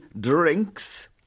drinks